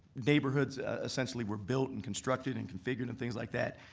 neighborhoods essentially were built and constructed and configured and things like that.